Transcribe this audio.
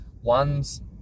ones